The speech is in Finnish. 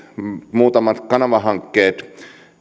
muutamat kanavahankkeet